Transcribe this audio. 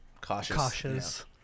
cautious